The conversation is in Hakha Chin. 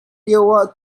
lioah